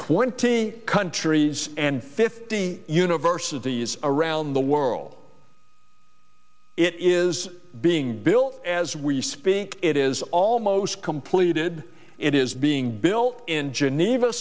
twenty countries and fifty universities around the world it is being built as we speak it is almost completed it is being built in geneva